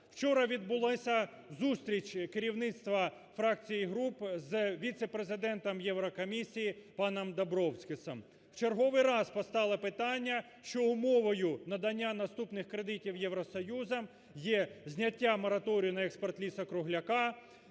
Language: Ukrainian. Вчора відбулися зустрічі керівництва фракції і груп з віце-президентом Єврокомісії паном Добровскісом. В черговий раз постало питання, що умовою надання наступних кредитів Євросоюзу є зняття мораторію на експорт лісу-кругляка,